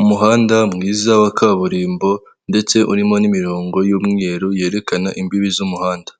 Umuhanda mwiza wa kaburimbo ndetse urimo n'imirongo y'umweru yerekana imbibi z'umuhanda.